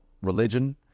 religion